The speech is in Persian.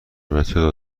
مترو